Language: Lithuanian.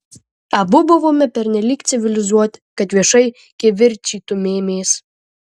abu buvome pernelyg civilizuoti kad viešai kivirčytumėmės